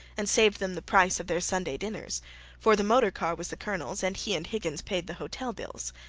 and saved them the price of their sunday dinners for the motor car was the colonel's and he and higgins paid the hotel bills.